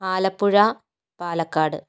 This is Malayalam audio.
ആലപ്പുഴ പാലക്കാട്